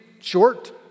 short